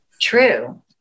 true